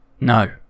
No